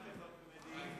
במה אתם לא תמימי דעים?